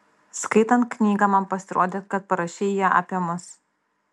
skaitant knygą man pasirodė kad parašei ją apie mus